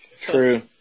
True